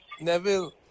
Neville